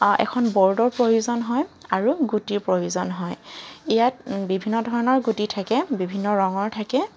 এখন বৰ্ডৰ প্ৰয়োজন হয় আৰু গুটিৰ প্ৰয়োজন হয় ইয়াত বিভিন্ন ধৰণৰ গুটি থাকে বিভিন্ন ৰঙৰ থাকে